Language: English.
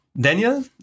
Daniel